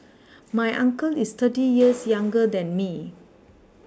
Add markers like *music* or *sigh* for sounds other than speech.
*noise* my uncle is thirty years younger than me